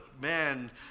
Man